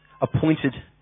appointed